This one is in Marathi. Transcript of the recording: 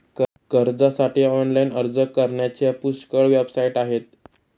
कर्जासाठी ऑनलाइन अर्ज करण्याच्या पुष्कळ वेबसाइट आहेत